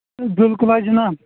بالکُل حظ جِناب